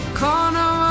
corner